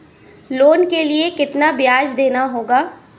Loan के लिए कितना ब्याज देना होगा?